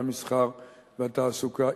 המסחר והתעסוקה,